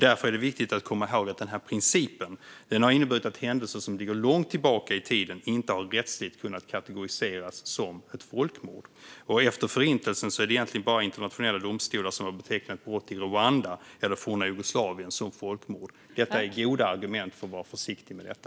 Därför är det viktigt att komma ihåg att denna princip har inneburit att händelser som ligger långt tillbaka i tiden inte har kunnat rättsligt kategoriseras som folkmord. Efter Förintelsen är det egentligen bara brott i Rwanda och forna Jugoslavien som har betecknats som folkmord av internationella domstolar. Det här är goda argument för att vara försiktig med detta.